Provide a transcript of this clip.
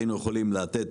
היינו יכולים לתת,